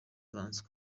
francois